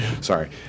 sorry